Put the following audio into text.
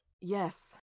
Yes